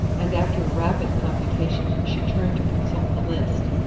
and after a rapid computation she turned to consult the list.